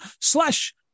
slash